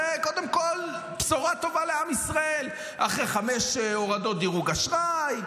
זה קודם כול בשורה טובה לעם ישראל אחרי חמש הורדות דירוג אשראי,